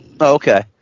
Okay